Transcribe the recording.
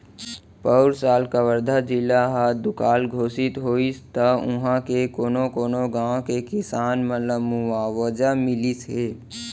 पउर साल कवर्धा जिला ह दुकाल घोसित होइस त उहॉं के कोनो कोनो गॉंव के किसान मन ल मुवावजा मिलिस हे